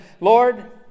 Lord